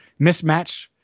mismatch